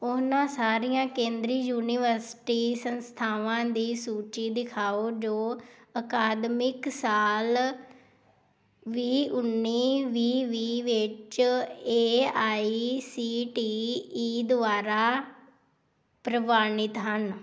ਉਹਨਾਂ ਸਾਰੀਆਂ ਕੇਂਦਰੀ ਯੂਨੀਵਰਸਿਟੀ ਸੰਸਥਾਵਾਂ ਦੀ ਸੂਚੀ ਦਿਖਾਓ ਜੋ ਅਕਾਦਮਿਕ ਸਾਲ ਵੀਹ ਉੱਨੀ ਵੀਹ ਵੀਹ ਵਿੱਚ A I C T E ਦੁਆਰਾ ਪ੍ਰਵਾਨਿਤ ਹਨ